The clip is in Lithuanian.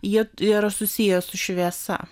jie yra susiję su šviesa